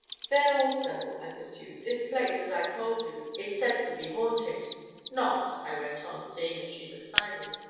then also, i pursued, this place, as i told you, is said to be haunted not, i went on, seeing that she was silent,